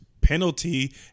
penalty